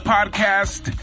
Podcast